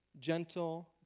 gentle